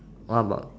what about